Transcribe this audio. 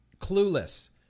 Clueless